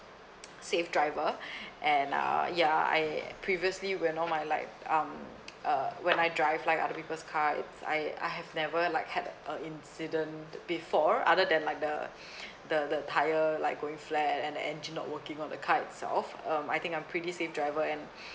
safe driver and uh ya I previously when all my life um uh when I drive like other people's car it's I I have never like have a uh incident before other than like the the the tyre like going flat and the engine not working on the car itself um I think I'm pretty safe driver and